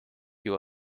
you